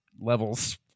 levels